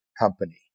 company